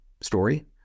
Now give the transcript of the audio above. story